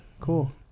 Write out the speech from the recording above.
Cool